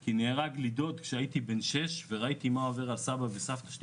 כי דוד שלי חלל צה"ל וראיתי מה עבר על סבי וסבתי.